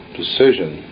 decision